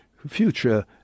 Future